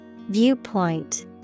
Viewpoint